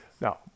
Now